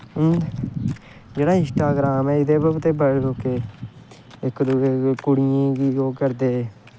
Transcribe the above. हून जेह्ड़ा इंस्टाग्राम ऐ एह्दे पर ते बड़ें लोकें इक दुएं गी कुड़ियें गी ओह् करदे